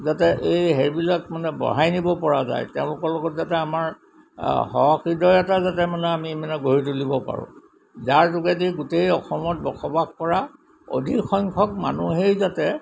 যাতে এই হেৰিবিলাক মানে বঢ়াই নিব পৰা যায় তেওঁলোকৰ লগত যাতে আমাৰ যাতে মানে আমি মানে গঢ়ি তুলিব পাৰোঁ যাৰ যোগেদি গোটেই অসমত বসবাস কৰা অধিক সংখ্যক মানুহেই যাতে